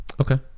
Okay